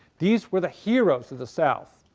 these were the heroes of the south.